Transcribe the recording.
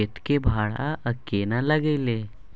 कतेक भाड़ा आ केना लागय ये?